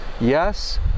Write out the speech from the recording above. Yes